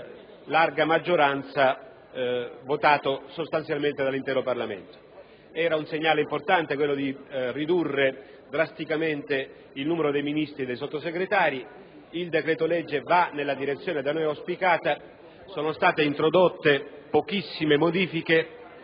del Governo Prodi, a larga maggioranza, da parte sostanzialmente dell'intero Parlamento. Si voleva dare un segnale importante, quello di ridurre drasticamente il numero dei Ministri e dei Sottosegretari ed il decreto-legge va nella direzione da noi auspicata. Sono state introdotte pochissime modifiche,